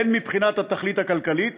הן מבחינת התכלית הכלכלית,